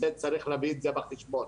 צריך לקחת את זה בחשבון.